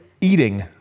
Eating